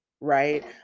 right